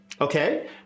Okay